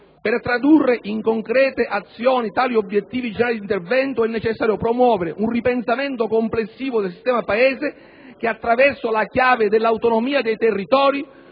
Per tradurre in concrete azioni tali obiettivi generali di intervento, è necessario promuovere un ripensamento complessivo del sistema Paese che, attraverso la chiave dell'autonomia dei territori,